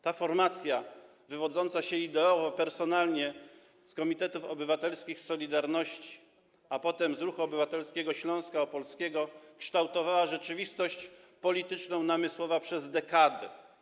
Ta formacja wywodząca się ideowo i personalnie z komitetów obywatelskich „Solidarności”, a potem z Ruchu Obywatelskiego Śląska Opolskiego kształtowała rzeczywistość polityczną Namysłowa przez dekady.